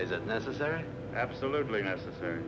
isn't necessary absolutely necessary